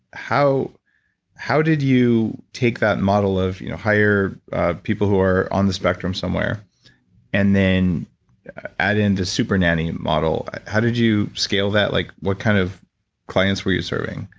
how how did you take that model of hire people who are on the spectrum somewhere and then add in the super nanny model? how did you scale that? like what kind of clients were you serving?